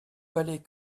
valait